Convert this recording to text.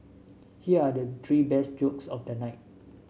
here are the three best jokes of the night